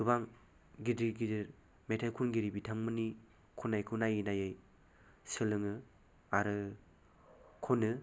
गोबां गिदिर गिदिर मेथाइ खनगिरि बिथांफोरनि खननायखौ नायै नायै सोलोङो आरो खनो